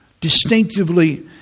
distinctively